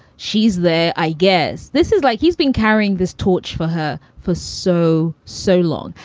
she's there. i guess this is like he's been carrying this torch for her for so, so long.